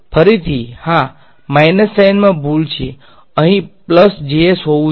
ફરીથી હા માઇનસ સાઇનમાં ભૂલ છે અહીં પલ્સ હોવુ જોઈએ